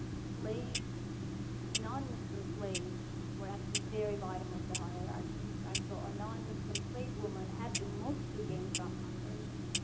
slave non-muslim slaves were at the very bottom of the hierarchy, right. so a non-muslim slave woman had the most to gain from conversion,